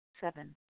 Seven